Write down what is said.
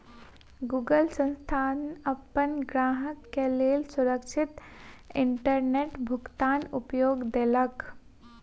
Google संस्थान अपन ग्राहक के लेल सुरक्षित इंटरनेट भुगतनाक उपाय देलक